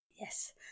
Yes